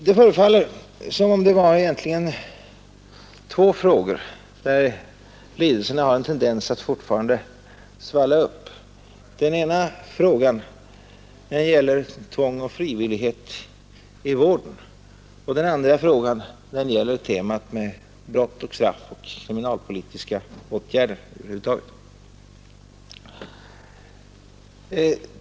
Det förefaller som om det egentligen är två frågor där lidelserna har en tendens att fortfarande svalla upp. Den ena frågan gäller tvång och frivillighet i vården, och den andra frågan gäller temat ”brott och straff” och kriminalpolitiska åtgärder över huvud taget.